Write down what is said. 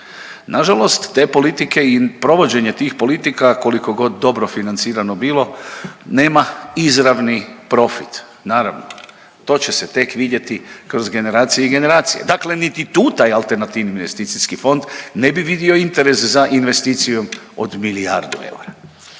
Nažalost te politike i provođenje tih politika, koliko god dobro financirano bilo, nema izravni profit, naravno. To će se tek vidjeti kroz generacije i generacije. Dakle niti tu taj alternativni investicijski fond ne bi vidio interes za investicijom od milijardu eura.